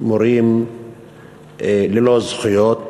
מורים ללא זכויות,